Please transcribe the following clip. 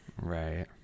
right